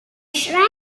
shrine